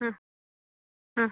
ಹಾಂ ಹಾಂ